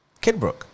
Kidbrook